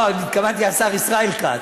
לא, אני התכוונתי השר ישראל כץ.